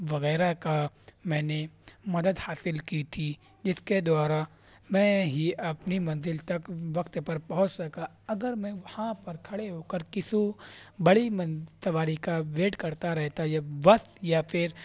وغیرہ کا میں نے مدد حاصل کی تھی جس کے دوارا میں ہی اپنی منزل تک وقت پر پہنچ سکا اگر میں وہاں پر کھڑے ہو کر کسی بڑی من سواری کا ویٹ کرتا رہتا یا بس یا پھر